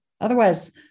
otherwise